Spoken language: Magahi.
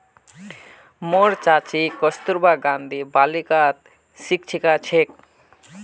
मोर चाची कस्तूरबा गांधी बालिकात शिक्षिका छेक